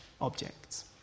objects